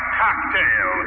cocktail